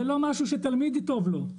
זה לא משהו שתלמיד טוב לו,